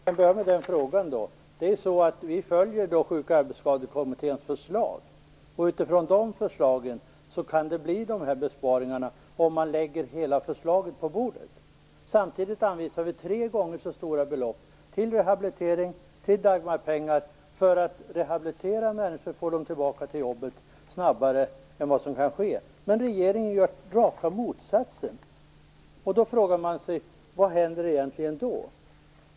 Herr talman! Jag kan börja med frågan. Vi följer Sjuk och arbetsskadekommitténs förslag, och utifrån de förslagen kan det bli de här besparingarna, om hela förslaget läggs på bordet. Samtidigt anvisar vi tre gånger så stora belopp till rehabilitering och till Dagmarpengar för att rehabilitera människor och få dem tillbaka till jobbet snabbare än vad som annars kunde ske. Men regeringen gör raka motsatsen. Då frågar man sig: Vad händer egentligen då?